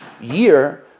year